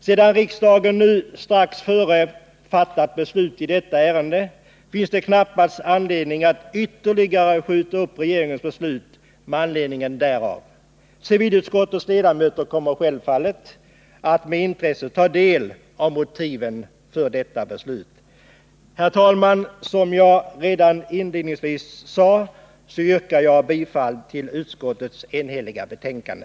Sedan riksdagen nu strax förut fattat beslut i detta ärende finns det knappast anledning att ytterligare skjuta upp regeringens beslut med anledning härav. Civilutskottets ledamöter kommer självfallet att med intresse ta del av motiven för detta beslut. Herr talman! Som jag redan inledningsvis sade yrkar jag bifall till utskottets enhälliga betänkande.